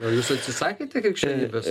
jūs atsisakėte krikščionybės